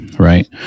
right